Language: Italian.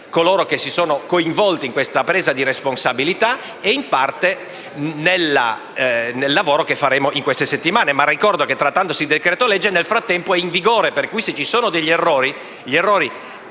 coloro che si sono coinvolti in questa presa di responsabilità e, in parte, del lavoro che faremo in queste settimane. Ricordo, però, che trattandosi di decreto-legge, nel frattempo esso è in vigore. Pertanto, se ci sono degli errori, essi